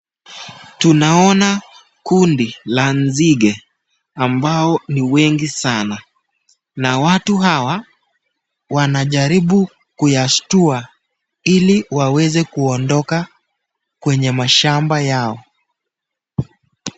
Tunaona kundi la nzige ambao ni wengi sana. Na watu hawa wanajaribu kuyashtua ili waweze kuondoka kwenye mashamba yao.